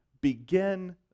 begin